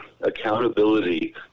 accountability